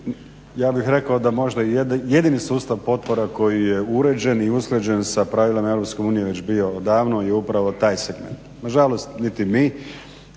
ja bih rekao da možda i jedini sustav potpora koji je uređen i usklađen sa pravilima Europske unije već bio odavno i upravo taj segment. Nažalost niti mi